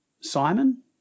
Simon